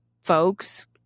folks